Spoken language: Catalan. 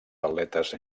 atletes